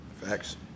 Facts